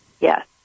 Yes